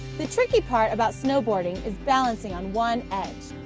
the tricky part about snowboarding is balancing on one edge.